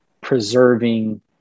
preserving